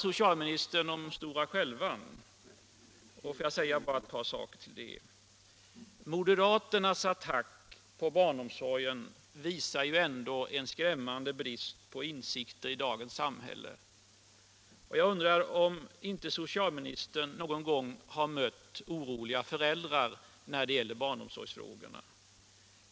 Moderaternas attack mot barnomsorgen visar en skrämmande brist på insikter i dagens samhälle. Jag undrar om inte socialministern någon gång har mött föräldrar som varit oroliga när det gällt barnomsorgsfrågorna.